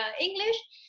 English